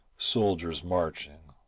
soldiers marching,